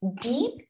deep